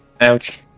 Ouch